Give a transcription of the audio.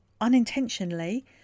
unintentionally